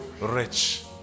rich